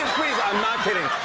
please, i'm not kidding.